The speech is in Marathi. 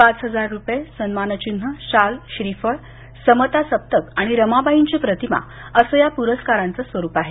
पाच हजार रुपये सन्मानचिन्ह शाल श्रीफळ समता सप्तक आणि रमाबाईंची प्रतिमा असं या प्रस्कारांचं स्वरूप आहे